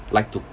like to